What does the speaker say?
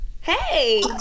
Hey